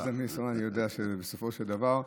אז מהניסיון אני יודע בסופו של דבר.